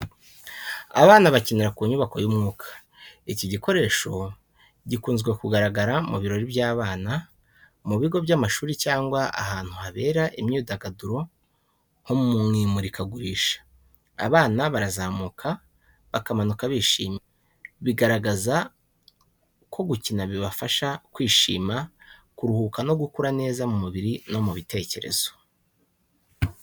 Abana bakinira ku nyubako y’umwuka. Iki gikoresho gikunze kugaragara mu birori by’abana, mu bigo by’amashuri cyangwa ahantu habera imyidagaduro nko mu imurikagurisha. Abana barazamuka bakamanuka bishimye, bigaragaza ko gukina bibafasha kwishima, kuruhuka no gukura neza ku mubiri no mu mitekerereze.